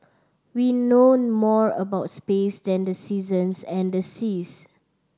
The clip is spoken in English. we know more about space than the seasons and the seas